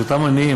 אותם עניים,